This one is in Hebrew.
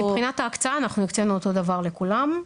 מבחינת ההקצאה אנחנו הקצנו אותו הדבר לכולם.